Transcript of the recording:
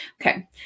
Okay